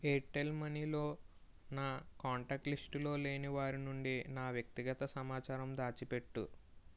Airtel మనీలో నా contact లిస్టులో లేని వారి నుండి నా వ్యక్తిగత సమాచారం దాచిపెట్టు